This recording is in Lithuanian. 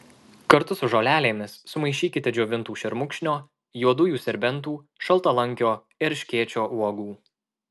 kartu su žolelėmis sumaišykite džiovintų šermukšnio juodųjų serbentų šaltalankio erškėčio uogų